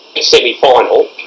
semi-final